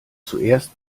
zuerst